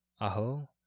Aho